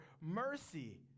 mercy